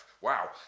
wow